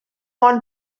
ond